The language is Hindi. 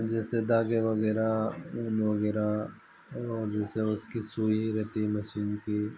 जैसे धागे वग़ैरह ऊन वग़ैरह और जैसे उसकी सुई रहती है मशीन की